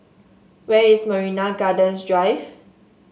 where is Marina Gardens Drive